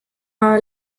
are